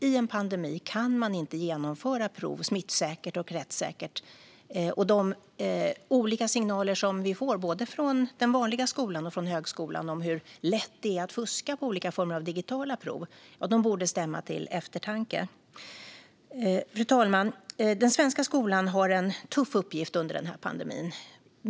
I en pandemi kan man inte genomföra prov smittsäkert och rättssäkert, och de olika signaler vi får både från den vanliga skolan och från högskolan om hur lätt det är att fuska på olika former av digitala prov borde stämma till eftertanke. Fru talman! Den svenska skolan har en tuff uppgift under denna pandemi.